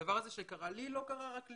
הדבר הזה שקרה לי לא קרה רק לי,